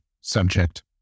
subject